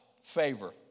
Favor